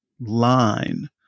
line